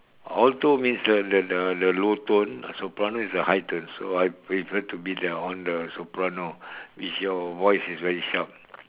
alto means the the the the low tone soprano is the high tone so I prefer to be on the soprano if your voice is very sharp